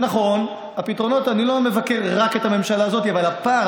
נכון, אני לא מבקר רק את הממשלה הזאת, אבל הפער,